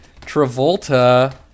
Travolta